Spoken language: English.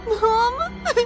Mom